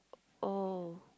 oh